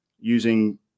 using